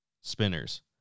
spinners